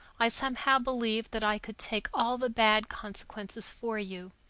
i somehow believed that i could take all the bad consequences for you.